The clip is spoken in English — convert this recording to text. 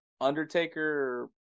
Undertaker